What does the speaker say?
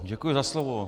Děkuji za slovo.